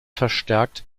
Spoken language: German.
verstärkt